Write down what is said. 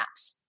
apps